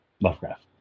Lovecraft